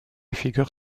figure